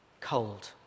cold